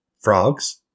frogs